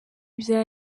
bya